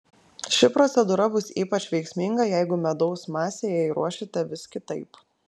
ši procedūra bus ypač veiksminga jeigu medaus masę jai ruošite vis kitaip